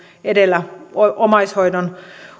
edellä omaishoidon